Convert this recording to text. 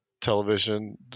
television